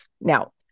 Now